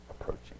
approaching